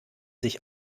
sich